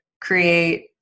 create